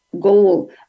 goal